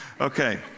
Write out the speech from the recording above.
okay